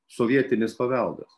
sovietinis paveldas